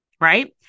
right